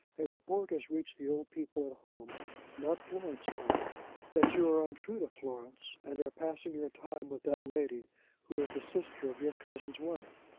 a report has reached the old people at home not florence, mind that you are untrue to florence, and are passing your time with that lady who is the sister of your cousin's wife.